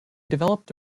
developed